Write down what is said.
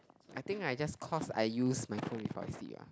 I think I just cause I use my phone before I sleep ah